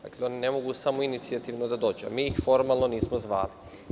Dakle, oni ne mogu samoinicijativno da dođu, a mi ih formalno nismo zvali.